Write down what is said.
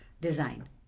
design